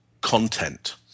content